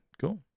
Cool